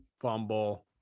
fumble